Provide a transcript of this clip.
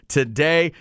today